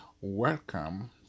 Welcome